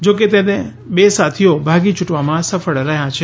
જો કે તેના બે સાથીઓ ભાગી છૂટવામાં સફળ રહ્યા છે